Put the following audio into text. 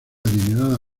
adinerada